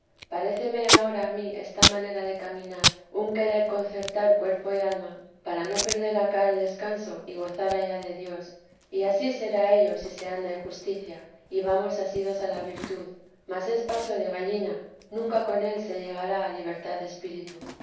espirituales paréceme ahora a mí esta manera de caminar un querer concertar cuerpo y alma para no perder acá el descanso y gozar allá de dios y ansí será ello si se anda en justicia y vamos asidos a virtud mas es paso de gallina nunca cn él se llegará a libertad de espíritu